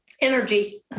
energy